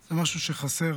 זה משהו שחסר